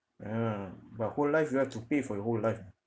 ya lah but whole life you have to pay for your whole life ah